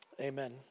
amen